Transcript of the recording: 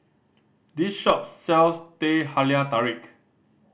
this shop sells Teh Halia Tarik